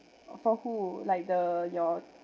for who like the your